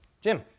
Jim